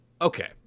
okay